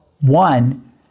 One